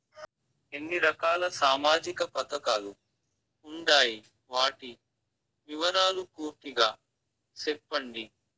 ఎన్ని రకాల సామాజిక పథకాలు ఉండాయి? వాటి వివరాలు పూర్తిగా సెప్పండి?